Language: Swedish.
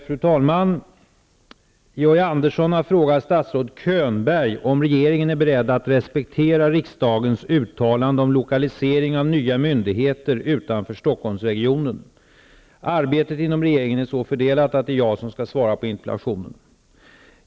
Fru talman! Georg Andersson har frågat statsrådet Könberg om regeringen är beredd att respektera riksdagens uttalande om lokalisering av nya myndigheter utanför Stockholmsregionen. Arbetet inom regeringen är så fördelat att det är jag som skall svara på interpellationen.